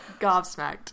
gobsmacked